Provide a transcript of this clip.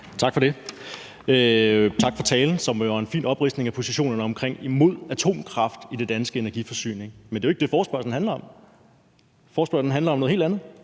Tak for det. Tak for talen, som var en fin opridsning af positionerne omkring det at være imod atomkraft i den danske energiforsyning. Men det er jo ikke det, forespørgslen handler om. Forespørgslen handler om noget helt andet.